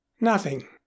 Nothing